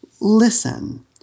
listen